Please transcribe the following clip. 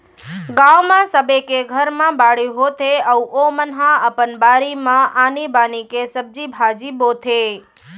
गाँव म सबे के घर म बाड़ी होथे अउ ओमन ह अपन बारी म आनी बानी के सब्जी भाजी बोथे